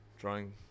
drawing